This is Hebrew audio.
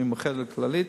מ"מאוחדת" ל"כללית",